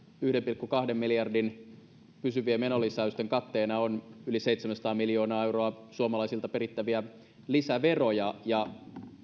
yhden pilkku kahden miljardin pysyvien menolisäysten katteena on yli seitsemänsataa miljoonaa euroa suomalaisilta perittäviä lisäveroja ja